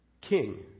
king